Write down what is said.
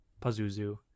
pazuzu